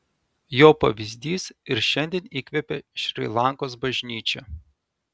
jo pavyzdys ir šiandien įkvepia šri lankos bažnyčią